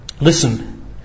Listen